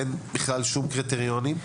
אין בכלל שום קריטריונים.